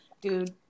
dude